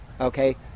okay